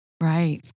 Right